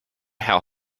how